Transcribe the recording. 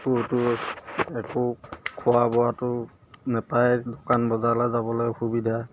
ক'তো একো খোৱা বোৱাটো নাপায়ে দোকান বজাৰলৈ যাবলৈ অসুবিধা